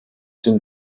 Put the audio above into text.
den